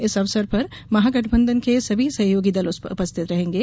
इस अवसर पर महागठबंधन के सभी सहयोगी दल उपस्थित रहेंगे